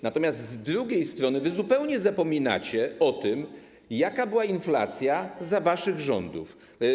Natomiast z drugiej strony zupełnie zapominacie o tym, jaka była inflacja za waszych rządów.